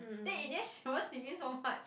then in the end she the one sleeping so much